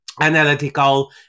analytical